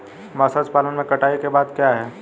मत्स्य पालन में कटाई के बाद क्या है?